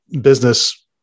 business